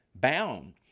Bound